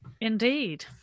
Indeed